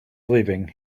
leaving